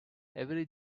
every